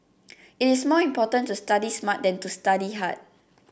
it is more important to study smart than to study hard